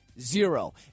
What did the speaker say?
Zero